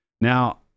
Now